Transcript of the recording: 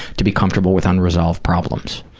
to be comfortable with unresolved problems?